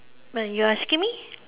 well you asking me